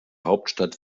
hauptstadt